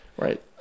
Right